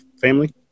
family